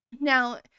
Now